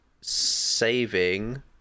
Saving